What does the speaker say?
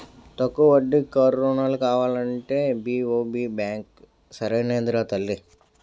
తక్కువ వడ్డీకి కారు రుణాలు కావాలంటే బి.ఓ.బి బాంకే సరైనదిరా తల్లీ